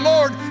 Lord